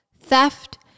theft